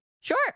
Sure